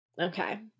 Okay